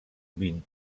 vint